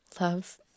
love